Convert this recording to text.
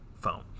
phone